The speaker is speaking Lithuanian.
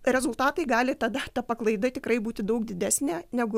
rezultatai gali tada ta paklaida tikrai būti daug didesnė negu